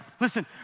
Listen